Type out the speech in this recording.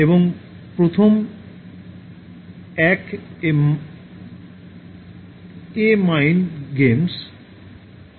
এবং প্রথম এক এ মাইন্ড গেমস হতে হবে